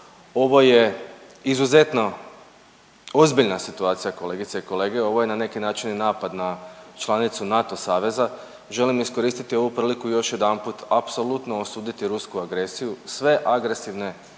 ovo je izuzetno ozbiljna situacija kolegice i kolege, ovo je na neki način i napad na članicu NATO saveza. Želim iskoristiti ovu priliku još jedanput, apsolutno osuditi rusku agresiju, sve agresivne